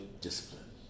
Discipline